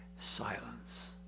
silence